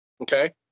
Okay